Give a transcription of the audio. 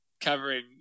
covering